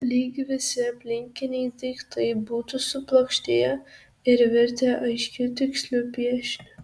lyg visi aplinkiniai daiktai būtų suplokštėję ir virtę aiškiu tiksliu piešiniu